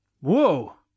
Whoa